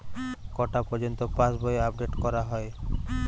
কটা পযর্ন্ত পাশবই আপ ডেট করা হয়?